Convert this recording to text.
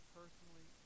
personally